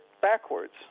backwards